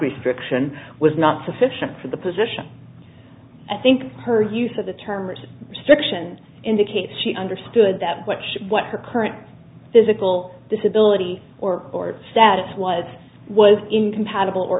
restriction was not sufficient for the position i think her use of the term is a restriction indicates she understood that which what her current physical disability or or status was was incompatible or